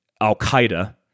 Al-Qaeda